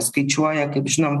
skaičiuoja kaip žinom